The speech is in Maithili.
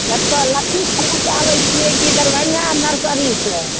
कतऽ लछमीसागर से आबैत छियै कि दरभङ्गा नर्सरी से